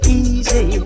easy